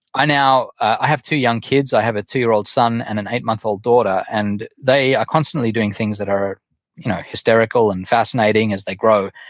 i now have two young kids. i have a two-year-old son and an eight-month-old daughter, and they are constantly doing things that are you know hysterical and fascinating as they grow.